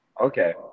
Okay